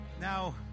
Now